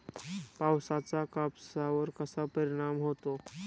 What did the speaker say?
पावसाचा कापसावर कसा परिणाम होतो?